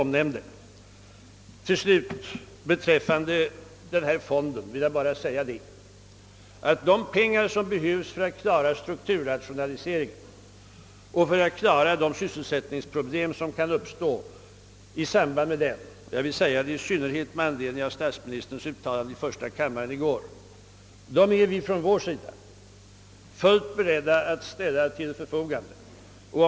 Till slut vill jag beträffande den berörda fonden endast säga att de pengar som behövs för att klära strukturrationaliseringen och lösa de sysselsättningsproblem som kan uppstå i samband därmed — detta vill jag speciellt framhålla med anledning av statsministerns uttalande i första kammaren i går — är vi på vår sida fullt beredda att ställa till förfogande. Det är formerna härför vi diskuterat.